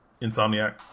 Insomniac